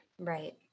Right